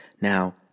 Now